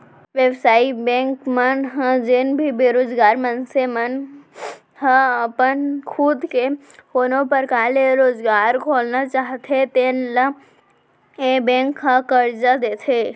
बेवसायिक बेंक मन ह जेन भी बेरोजगार मनसे मन ह अपन खुद के कोनो परकार ले रोजगार खोलना चाहते तेन ल ए बेंक ह करजा देथे